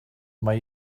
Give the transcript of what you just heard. mae